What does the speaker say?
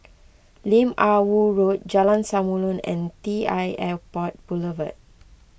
Lim Ah Woo Road Jalan Samulun and T l Airport Boulevard